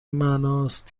معناست